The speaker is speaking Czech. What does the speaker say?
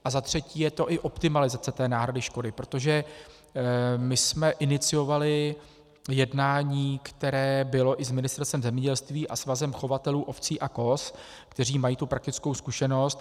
A ta třetí je i optimalizace té náhrady škody, protože my jsme iniciovali jednání, které bylo i s Ministerstvem zemědělství a Svazem chovatelů ovcí a koz, kteří mají tu praktickou zkušenost.